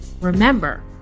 Remember